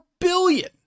billion